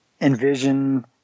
envision